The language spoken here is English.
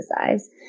exercise